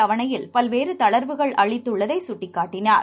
தவணையில் பல்வேறு தளர்வுகளை அளித்துள்ளதை சுட்டிக்காட்டினார்